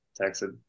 texted